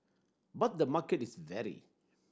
but the market is wary